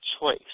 choice